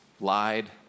lied